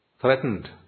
threatened